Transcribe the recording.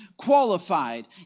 qualified